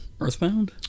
Earthbound